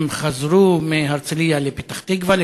הם חזרו מהרצליה לפתח-תקווה,